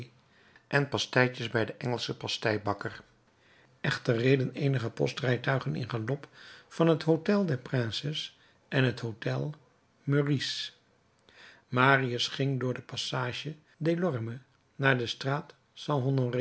en pasteitjes bij den engelschen pasteibakker echter reden eenige postrijtuigen in galop van het hôtel des princes en het hôtel meurice marius ging door de passage delorme naar de straat st